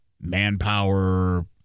manpower